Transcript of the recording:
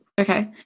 Okay